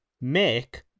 Make